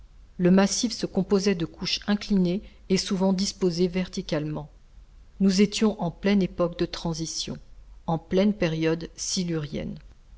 le massif se composait de couches inclinées et souvent disposées verticalement nous étions en pleine époque de transition en pleine période